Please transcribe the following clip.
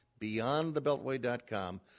beyondthebeltway.com